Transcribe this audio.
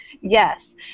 Yes